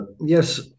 Yes